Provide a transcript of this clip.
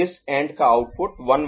इस का आउटपुट 1101 है